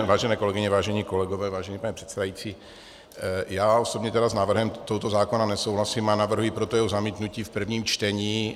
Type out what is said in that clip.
Vážené kolegyně, vážení kolegové, vážený pane předsedající, já osobně s návrhem tohoto zákona nesouhlasím, a navrhuji proto jeho zamítnutí v prvém čtení.